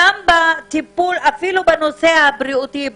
גם בטיפול אפילו בנושא הבריאותי,